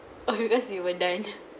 oh you guys you were done